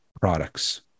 products